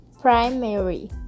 Primary